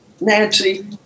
Nancy